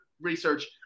research